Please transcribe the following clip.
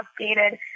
updated